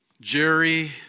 Jerry